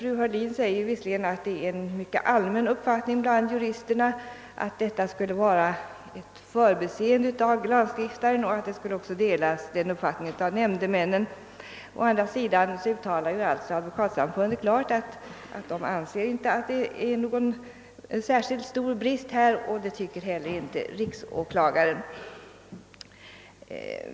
Fru Heurlin hävdar visserligen att det är en mycket allmän uppfattning bland juristerna att frånvaron av denna möjlighet skulle vara ett förbiseende av lagstiftarna och att denna åsikt skulle delas av nämndemännen, men Advokatsamfundet uttalar ju som sin mening att den inte innebär någon särskilt stor risk, och det tycker inte heller riksåklagaren.